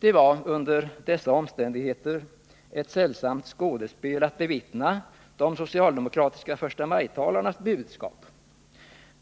Det var under dessa omständigheter ett sällsamt skådespel att bevittna de socialdemokratiska förstamajtalarnas budskap.